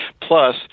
Plus